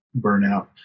burnout